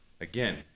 Again